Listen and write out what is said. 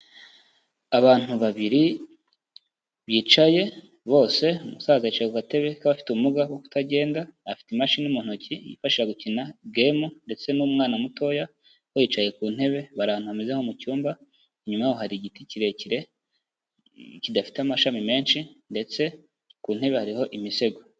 Abantu babiri bicaye bose umusaza yicaye kugatebe k'abafite ubumuga bwo kutagenda afite imashini mu ntoki yifasha gukina game ndetse n'umwana mutoya we yicaye ku ntebe barahantu hameze nko mu cyumba inyuma hari igiti kirekire kidafite amashami menshi ndetse ku ntebe harihoho imisego.